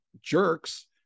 jerks